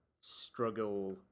struggle